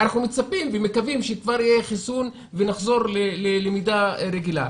אנחנו מצפים ומקווים שכבר יהיה חיסון ונחזור ללמידה רגילה.